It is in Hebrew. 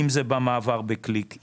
אם זה במעבר בקליק,